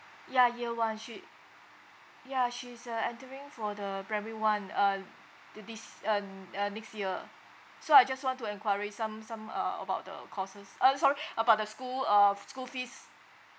ya year one she ya she's uh entering for the primary one uh th~ this uh uh next year so I just want to enquiry some some uh about the courses uh sorry about the school uh f~ school fees